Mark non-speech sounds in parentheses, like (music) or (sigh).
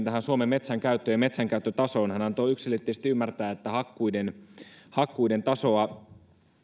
(unintelligible) tähän suomen metsänkäyttöön ja metsänkäyttötasoon hän antoi yksiselitteisesti ymmärtää että hakkuiden hakkuiden tasoa